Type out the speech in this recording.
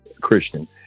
Christian